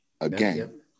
Again